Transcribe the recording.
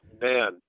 man